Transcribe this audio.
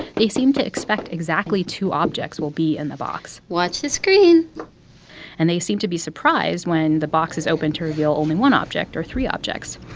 they seem to expect exactly two objects will be in the box watch the screen and they seem to be surprised when the box is opened to reveal only one object or three objects